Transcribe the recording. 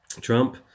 Trump